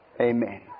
Amen